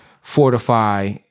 fortify